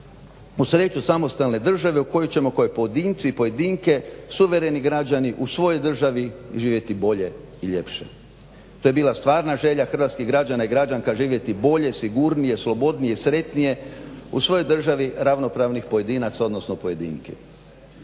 u sreću samostalne države u koju ćemo kao pojedinci i pojedinke, suvereni građani u svojoj državi živjeti bolje i ljepše. To je bila stvarna želja hrvatskih građana i građanka živjeti bolje, sigurnije, slobodnije, sretnije u svojoj državi ravnopravnih pojedinaca odnosno pojedinki.